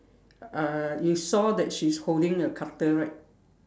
uh you saw that she is holding a cutter right